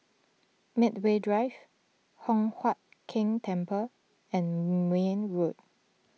Medway Drive Hock Huat Keng Temple and Mayne Road